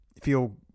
feel